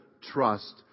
trust